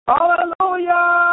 Hallelujah